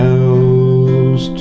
else